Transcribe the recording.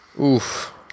Oof